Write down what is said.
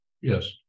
Yes